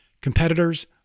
competitors